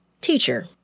Teacher